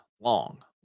long